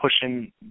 pushing